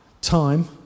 Time